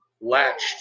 latched